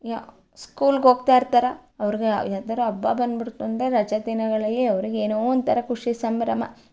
ಯಾ ಸ್ಕೂಲ್ಗೆ ಹೋಗ್ತಾ ಇರ್ತಾರೆ ಅವ್ರಿಗೆ ಯಾವ್ದಾದ್ರು ಹಬ್ಬ ಬಂದು ಬಿಡ್ತು ಅಂದರೆ ರಜಾದಿನಗಳಲ್ಲಿ ಅವ್ರಿಗೆ ಏನೋ ಒಂಥರ ಖುಷಿ ಸಂಭ್ರಮ